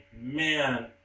Man